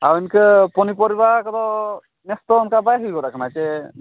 ᱦᱮᱸ ᱤᱱᱠᱟᱹ ᱯᱟᱹᱱᱤᱯᱚᱨᱤᱵᱟ ᱠᱚᱫᱚ ᱱᱮᱥᱫᱚ ᱚᱱᱠᱟ ᱵᱟᱭ ᱦᱩᱭᱜᱚᱫ ᱠᱟᱱᱟ ᱪᱮ